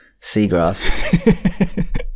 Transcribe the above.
seagrass